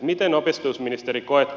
miten opetusministeri koette